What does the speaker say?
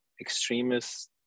extremists